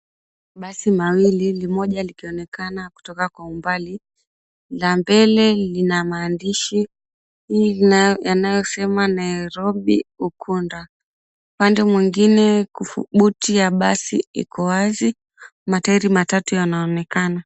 Basi mawili moja likionekana kutoka kwa umbali na mbele lina mahandishi yanayosema Nairobi Ukunda. Pande mwingine buti ya basi iko wazi matairi matatu yanaonekana.